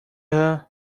her